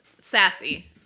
sassy